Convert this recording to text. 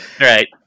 Right